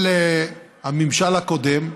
של הממשל הקודם,